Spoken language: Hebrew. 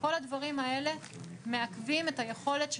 כל הדברים האלה מעכבים את היכולת של